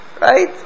right